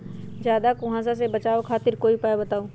ज्यादा कुहासा से बचाव खातिर कोई उपाय बताऊ?